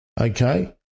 okay